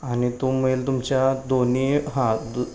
आणि तो मेल तुमच्या दोनी हां दु